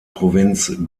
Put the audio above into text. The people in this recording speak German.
provinz